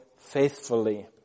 faithfully